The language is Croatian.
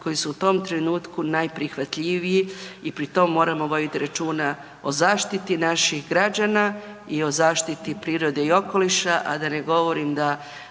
koji su u tom trenutku najprihvatljiviji i pri tome moramo voditi računa o zaštiti naših građana i o zaštiti prirode i okoliša, a da ne govorim da